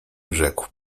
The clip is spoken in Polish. rzekł